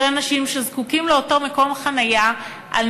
של אנשים שזקוקים לאותו מקום חניה על